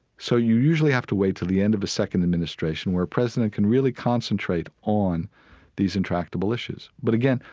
so you usually have to wait until the end of the second administration where a president can really concentrate on these intractable issues. but, again,